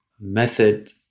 method